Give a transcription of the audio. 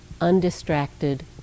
undistracted